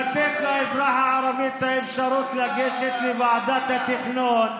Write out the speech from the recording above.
לתת לאזרח הערבי את האפשרות לגשת לוועדת התכנון,